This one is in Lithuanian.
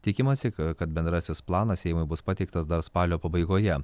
tikimasi ka kad bendrasis planas seimui bus pateiktas dar spalio pabaigoje